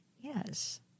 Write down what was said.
Yes